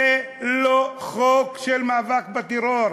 זה לא חוק של מאבק בטרור,